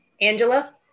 Angela